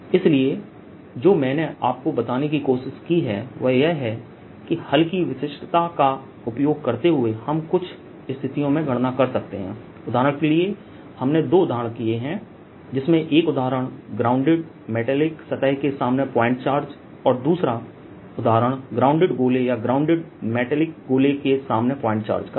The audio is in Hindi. इसलिए जो मैंने आपको बताने की कोशिश की है वह यह है कि हल की विशिष्टता का उपयोग करते हुए हम कुछ स्थितियों में गणना कर सकते हैं उदाहरण के लिए हमने दो उदाहरण किए हैं जिसमें एक उदाहरण ग्राउंडेड मेटैलिक सतह के सामने पॉइंट चार्ज और दूसरा उदाहरण ग्राउंडेड गोले या ग्राउंडेड मैटेलिक गोले के सामने पॉइंट चार्ज का है